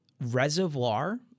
reservoir